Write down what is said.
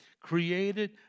created